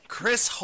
Chris